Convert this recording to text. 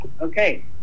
Okay